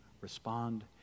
respond